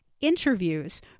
interviews